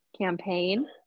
campaign